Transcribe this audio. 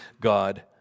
God